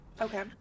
Okay